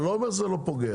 אני לא אומר שזה לא פוגע.